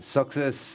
Success